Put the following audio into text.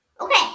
Okay